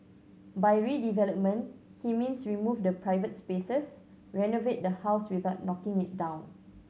by redevelopment he means remove the private spaces renovate the house without knocking it down